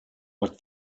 but